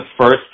first